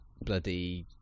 bloody